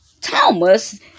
Thomas